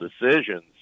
decisions